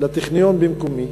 לטכניון במקומי.